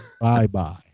Bye-bye